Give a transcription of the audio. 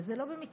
וזה לא במקרה,